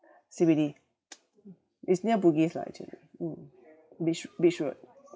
C_B_D it's near bugis lah actually mm beach beach road